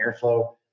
airflow